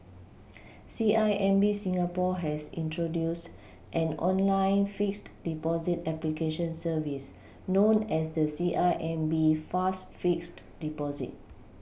C I M B Singapore has introduced an online fixed Deposit application service known as the C I M B fast fixed Deposit